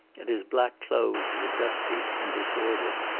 and his black clothes were dusty and disordered.